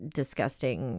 disgusting